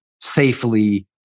safely